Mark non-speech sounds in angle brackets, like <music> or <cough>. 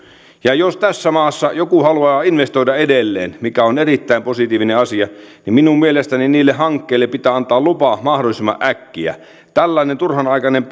loppuun jos tässä maassa joku haluaa investoida edelleen mikä on erittäin positiivinen asia niin minun mielestäni niille hankkeille pitää antaa lupa mahdollisimman äkkiä tällainen turhanaikainen <unintelligible>